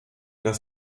dass